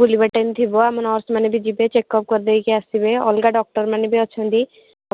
ବୁଲିବା ଟାଇମ୍ ଥିବ ଆମ ନର୍ସ୍ମାନେ ବି ଯିବେ ଚେକଅପ୍ କରିଦେଇକି ଆସିବେ ଅଲଗା ଡକ୍ଟର୍ ମାନେ ବି ଅଛନ୍ତି